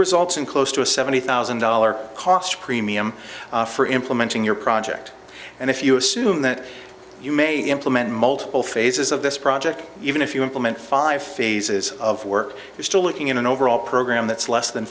results in close to a seventy thousand dollars cost premium for implementing your project and if you assume that you may implement multiple phases of this project even if you implement five phases of work you're still looking at an overall program that's less than